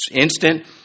instant